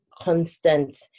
constant